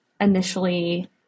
initially